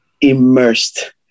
immersed